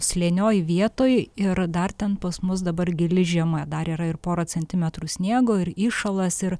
slėnioj vietoj ir dar ten pas mus dabar gili žiema dar yra ir pora centimetrų sniego ir įšalas ir